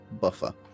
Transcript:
buffer